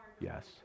Yes